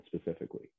specifically